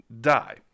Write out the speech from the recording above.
die